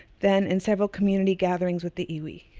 then in several community gatherings with the iwi.